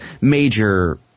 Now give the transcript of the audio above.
major